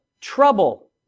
trouble